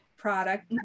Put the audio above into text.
product